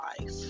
life